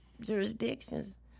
jurisdictions